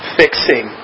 fixing